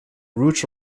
route